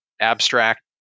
abstract